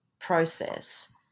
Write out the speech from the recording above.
process